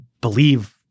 believe